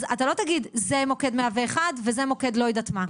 אז אתה לא תגיד שזה מוקד 101 וזה מוקד לא יודעת מה.